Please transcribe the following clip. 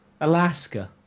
Alaska